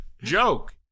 joke